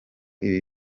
ibi